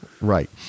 Right